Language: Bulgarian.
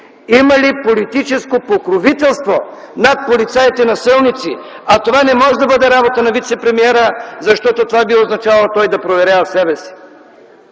има ли политическо покровителство над полицаите насилници! А това не може да бъде работа на вицепремиера, защото би означавало той да проверява себе си!